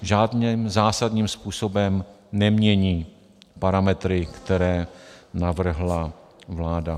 Žádným zásadním způsobem nemění parametry, které navrhla vláda.